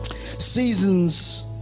seasons